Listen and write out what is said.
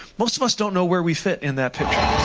most of us don't know where we sit in that.